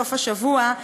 בסוף השבוע,